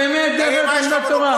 באמת דרך ארץ קדמה לתורה?